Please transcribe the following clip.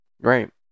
Right